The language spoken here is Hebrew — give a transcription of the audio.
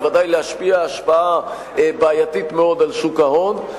בוודאי להשפיע השפעה בעייתית מאוד על שוק ההון.